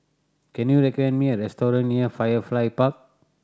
can you recommend me a restaurant near Firefly Park